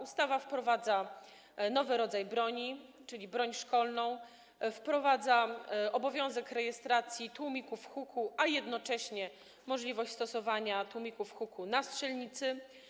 Ustawa wprowadza nowy rodzaj broni, czyli broń szkolną, a także wprowadza obowiązek rejestracji tłumików huku i jednocześnie możliwość stosowania tłumików huku na strzelnicy.